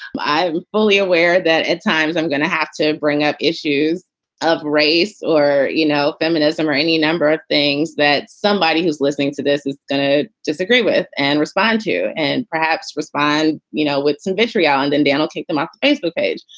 i am fully aware that at times i'm gonna have to bring up issues of race or, you know, feminism or any number of things that somebody who's listening to this is going to disagree with and respond to and perhaps respond you know with some vitriol. and and, daniel, take them off the facebook page,